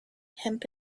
hemp